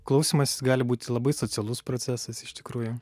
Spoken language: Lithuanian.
klausymasis gali būti labai socialus procesas iš tikrųjų